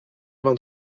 vingt